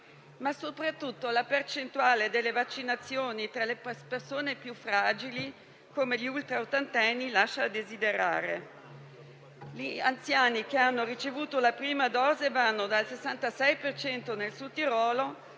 ma soprattutto la percentuale delle vaccinazioni tra le persone più fragili come gli ultraottantenni lascia a desiderare. Gli anziani che hanno ricevuto la prima dose vanno dal 66 per cento nel Sud Tirolo